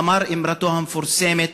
אמר את אמרתו המפורסמת: